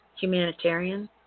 humanitarian